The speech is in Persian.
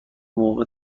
موقع